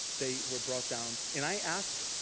they were brought down. and i asked,